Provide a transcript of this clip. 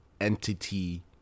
entity